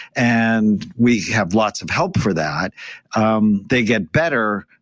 and we have lots of help for that um they get better.